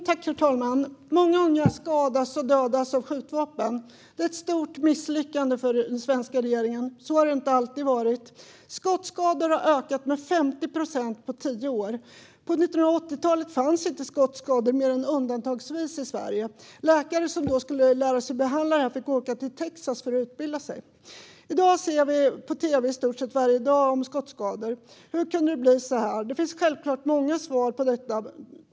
Herr talman! Många unga skadas och dödas av skjutvapen. Det är ett stort misslyckande för den svenska regeringen. Så har det inte alltid varit. Skottskador har ökat med 50 procent på tio år. På 1980-talet fanns inte skottskador mer än undantagsvis i Sverige. Läkare som skulle lära sig behandla det fick åka till Texas för att utbilda sig. I dag ser vi på tv i stort sett varje dag nyheter om skottskador. Hur kunde det bli så här? Det finns självklart många svar på det.